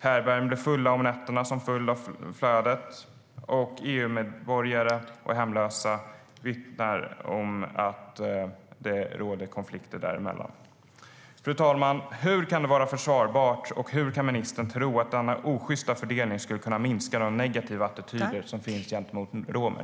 Härbärgen blir fulla om nätterna som en följd av flödet, och EU-medborgare och hemlösa vittnar om att det råder konflikter. Fru talman! Hur kan detta vara försvarbart, och hur kan ministern tro att denna ojusta fördelning skulle minska de negativa attityder som finns mot romer?